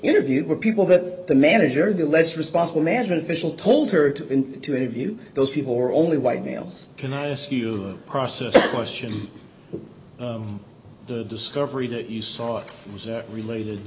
interviewed were people that the manager the less responsible management official told her to to interview those people who are only white males can i ask you a process question the discovery that you saw was related